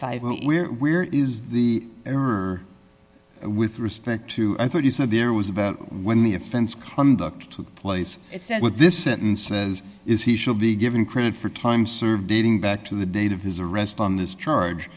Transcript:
five where is the error with respect to i thought you said there was about when the offense conduct took place with this sentence as is he should be given credit for time served dating back to the date of his arrest on this charge